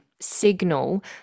signal